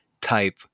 type